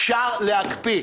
אפשר להקפיא.